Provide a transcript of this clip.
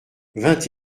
vingt